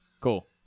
Cool